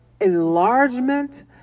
enlargement